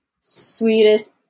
sweetest